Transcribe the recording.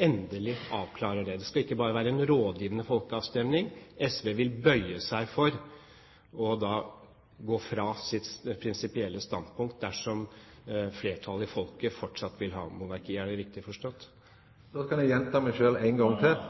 endelig avklarer det. Det skal ikke bare være en rådgivende folkeavstemning. SV vil bøye seg for resultatet og gå fra sitt prinsipielle standpunkt dersom flertallet i folket fortsatt vil ha monarki – er det riktig forstått? Då kan eg gjenta meg sjølv ein gong til: